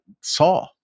saw